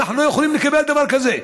ואנחנו לא יכולים לקבל דבר כזה.